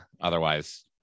Otherwise